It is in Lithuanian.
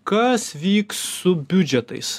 kas vyks su biudžetais